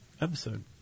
episode